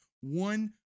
one